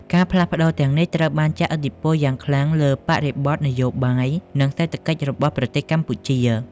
ការផ្លាស់ប្ដូរទាំងនេះត្រូវបានជះឥទ្ធិពលយ៉ាងខ្លាំងពីបរិបទនយោបាយ និងសេដ្ឋកិច្ចរបស់ប្រទេសកម្ពុជា។